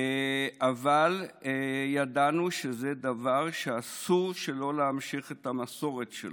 אבל ידענו שזה דבר שאסור שלא להמשיך את המסורת שלו.